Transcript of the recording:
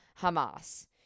Hamas